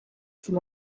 from